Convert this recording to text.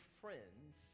friends